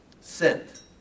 sent